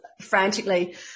frantically